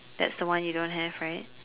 that's the one you don't have right